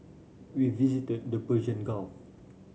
we visited the Persian Gulf